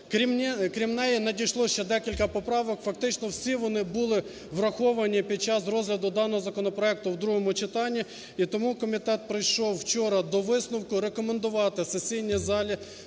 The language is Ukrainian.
Крім неї надійшло ще декілька поправок, фактично всі вони були враховані під час розгляду даного законопроекту в другому читанні. І тому комітет прийшов вчора до висновку рекомендувати сесійній залі